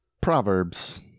Proverbs